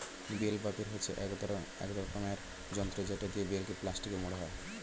bell বাপের হচ্ছে এক রকমের যন্ত্র যেটা দিয়ে বেলকে প্লাস্টিকে মোড়া হয়